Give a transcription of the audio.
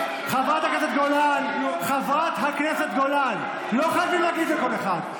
חברת הכנסת גולן, לא חייבים להגיב לכל אחד.